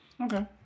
Okay